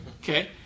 Okay